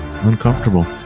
uncomfortable